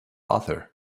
author